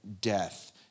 death